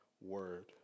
word